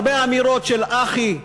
הרבה אמירות של: אחי,